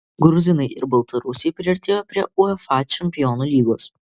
gruzinai ir baltarusiai priartėjo prie uefa čempionų lygos